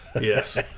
yes